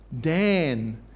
Dan